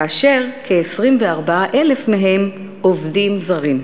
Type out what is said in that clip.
כאשר כ-24,000 מהם עובדים זרים.